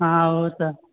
हँ ओ तऽ